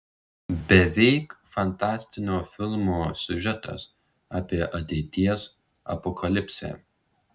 beveik fantastinio filmo siužetas apie ateities apokalipsę